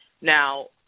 Now